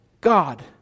God